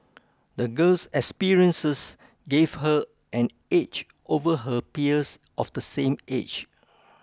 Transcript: the girl's experiences gave her an edge over her peers of the same age